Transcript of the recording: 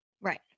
right